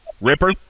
Ripper